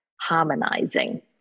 harmonizing